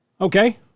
Okay